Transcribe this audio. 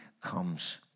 comes